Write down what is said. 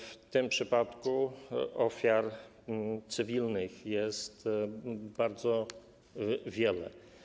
W tym przypadku ofiar cywilnych jest bardzo wiele.